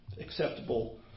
acceptable